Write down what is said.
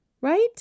right